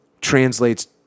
translates